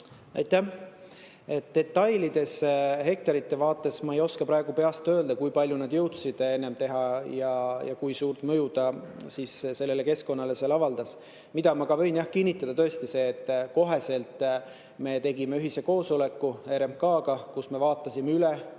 Aitäh! Detailides, hektarite vaates, ei oska ma praegu peast öelda, kui palju nad jõudsid enne ära teha ja kui suurt mõju see keskkonnale avaldas. Ma võin jah kinnitada, et me kohe tegime ühise koosoleku RMK‑ga, kus me vaatasime üle